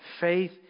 faith